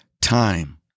time